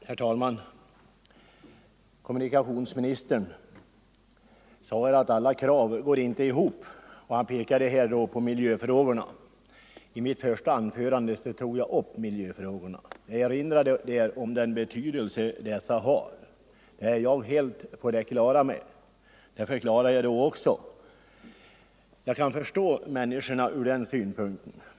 Herr talman! Kommunikationsministern sade att alla krav inte går ihop, och han nämnde i det sammanhanget miljöfrågorna. Jag tog i mitt första anförande upp just miljöfrågorna och erinrade om deras betydelse, som jag alltså är helt på det klara med. Som jag tidigare sade kan jag också helt förstå allmänhetens inställning i det fallet.